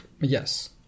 Yes